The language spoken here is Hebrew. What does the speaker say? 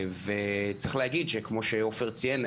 צריך להגיד כמו שעופר ציין,